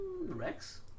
Rex